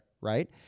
right